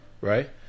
Right